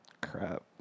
Crap